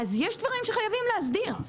אז יש דברים שחייבים להסדיר.